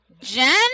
Jen